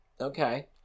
Okay